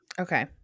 Okay